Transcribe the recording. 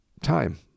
time